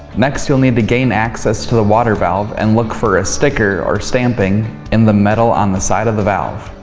next you will need to gain access to the water valve and look for a sticker or stamping in the metal on the side of the valve.